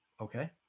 Okay